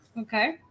Okay